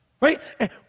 Right